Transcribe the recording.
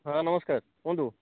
madam ନମସ୍କାର କୁହନ୍ତୁ